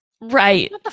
right